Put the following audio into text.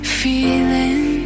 feeling